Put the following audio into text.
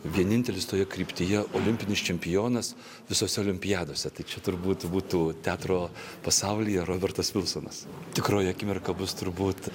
vienintelis toje kryptyje olimpinis čempionas visose olimpiadose tai čia turbūt būtų teatro pasaulyje robertas vilsonas tikroji akimirka bus turbūt